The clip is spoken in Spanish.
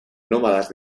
nómadas